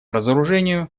разоружению